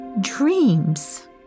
dreams